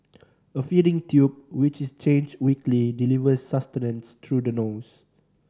a feeding tube which is changed weekly delivers sustenance through the nose